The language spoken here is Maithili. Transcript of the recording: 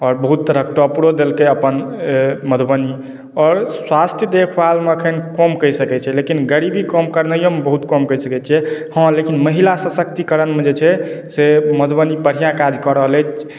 आओर बहुत तरहके टॉपरो देलकै हे अपन मधुबनी आओर स्वास्थ्य देखभालमे एखन कम कहि सकैत छियै लेकिन गरीबी कम करनाइओमे बहुत कम कहि सकैत छियै हँ लेकिन महिला सशक्तिकरणमे जे छै से मधुबनी बढ़िआँ काज कऽ रहल अछि